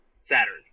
Saturn